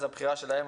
זו הבחירה שלהם,